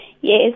Yes